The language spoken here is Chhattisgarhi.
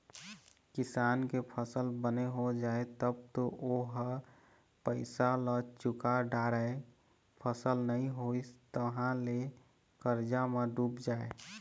किसान के फसल बने हो जाए तब तो ओ ह पइसा ल चूका डारय, फसल नइ होइस तहाँ ले करजा म डूब जाए